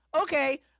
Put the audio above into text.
okay